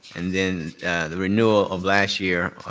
and then the renewal of last year,